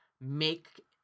make